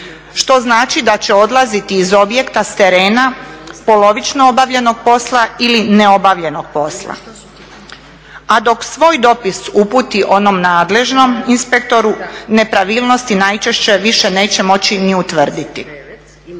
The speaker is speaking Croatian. što znači da će odlaziti iz objekta, s terena polovično obavljenog posla ili neobavljenog posla. A dok svoj dopis uputi onom nadležnom inspektoru nepravilnosti najčešće više neće moći ni utvrditi.